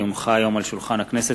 כי הונחו היום על שולחן הכנסת,